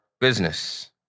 business